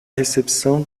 recepção